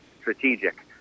strategic